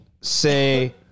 say